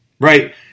right